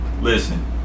Listen